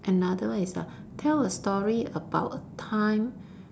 another one is a tell a story about a time